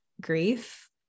grief